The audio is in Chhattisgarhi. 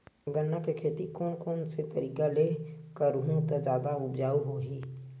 गन्ना के खेती कोन कोन तरीका ले करहु त जादा उपजाऊ होही?